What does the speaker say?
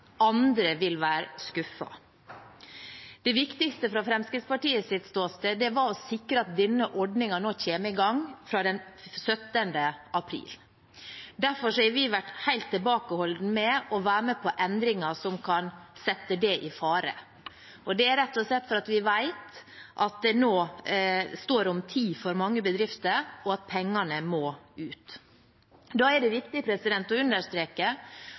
andre vil være skuffet. Det viktigste fra Fremskrittspartiets ståsted var å sikre at denne ordningen nå kommer i gang fra den 17. april. Derfor har vi vært helt tilbakeholdne med å være med på endringer som kan sette det i fare, rett og slett fordi vi vet at det nå står om tid for mange bedrifter, og at pengene må ut. Da er det viktig å understreke